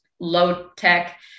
low-tech